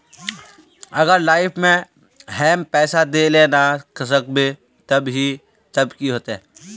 अगर लाइफ में हैम पैसा दे ला ना सकबे तब की होते?